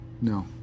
No